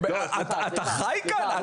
אתה חי כאן?